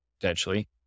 potentially